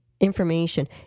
information